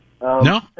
No